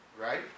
right